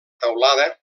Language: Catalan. teulada